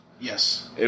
Yes